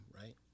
right